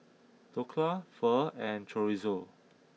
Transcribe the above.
Dhokla Pho and Chorizo